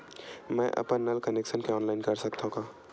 मैं अपन नल कनेक्शन के ऑनलाइन कर सकथव का?